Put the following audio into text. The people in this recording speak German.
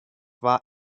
war